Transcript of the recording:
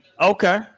okay